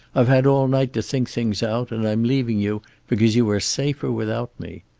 i've had all night to think things out, and i'm leaving you because you are safer without me.